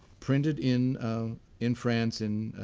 printed in in france in